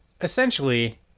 essentially